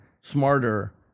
smarter